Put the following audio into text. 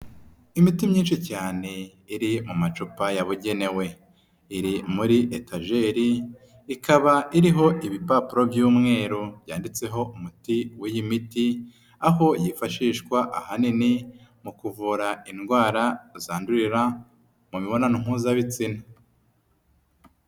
Imiti myinshi cyane iri mu macupa yabugenewe, iri muri etajeri, ikaba iriho ibipapuro by'umweru byanditseho umuti w'iyi miti, aho yifashishwa ahanini mu kuvura indwara zandurira mu mibonano mpuzabitsina.